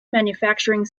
manufacturing